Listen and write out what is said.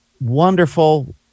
wonderful